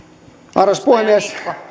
arvoisa puhemies